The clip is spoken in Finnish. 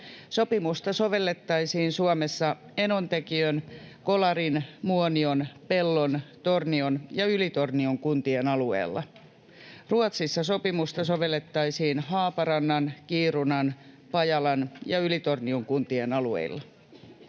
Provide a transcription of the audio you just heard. Sopimusta sovellettaisiin Suomessa Enontekiön, Kolarin, Muonion, Pellon, Tornion ja Ylitornion kuntien alueella. Ruotsissa sopimusta sovellettaisiin Haaparannan, Kiirunan, Pajalan ja Ylitornion kuntien alueilla.